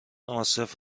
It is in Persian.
عاصف